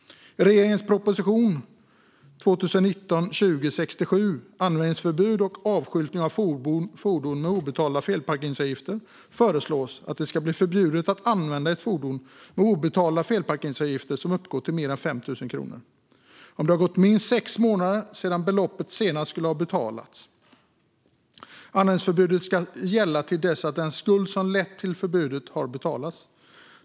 I regeringens proposition 2019/20:67 Användningsförbud och avskyltning av fordon med obetalda felparkeringsavgifter föreslås att det ska bli förbjudet att använda ett fordon med obetalda felparkeringsavgifter som uppgår till mer än 5 000 kronor om det har gått minst sex månader sedan beloppet senast skulle ha betalats. Användningsförbudet ska gälla till dess att den skuld som lett till förbudet har betalats.